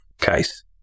case